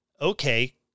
Okay